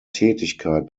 tätigkeit